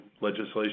legislation